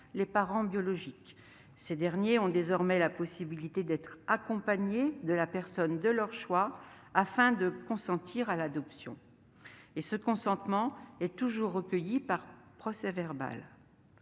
les parents biologiques : ces derniers ont désormais la possibilité d'être accompagnés de la personne de leur choix afin de consentir à l'adoption, le consentement étant toujours recueilli par procès-verbal.